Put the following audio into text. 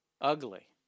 ugly